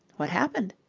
what happened?